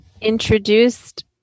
introduced